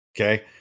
Okay